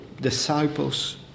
disciples